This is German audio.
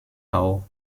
auch